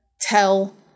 tell